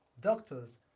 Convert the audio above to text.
doctors